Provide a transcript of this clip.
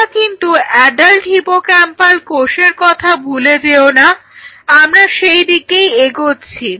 তোমরা কিন্তু adult hippocampal কোষের কথা ভুলে যেও না আমরা সেই দিকেই এগোচ্ছি